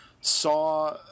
saw